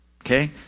okay